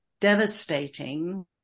devastating